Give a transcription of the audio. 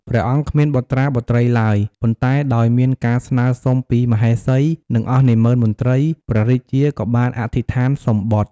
ព្រះអង្គគ្មានបុត្រាបុត្រីឡើយ ប៉ុន្តែដោយមានការស្នើសុំពីមហេសី និងអស់នាម៉ឺនមន្ត្រី ព្រះរាជាក៏បានអធិដ្ឋានសូមបុត្រ។